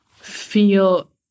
feel